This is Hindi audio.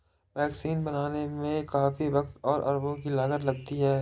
वैक्सीन बनाने में काफी वक़्त और अरबों की लागत लगती है